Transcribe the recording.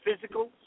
physical